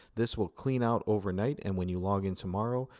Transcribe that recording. this will clean out overnight, and when you log in tomorrow,